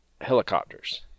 helicopters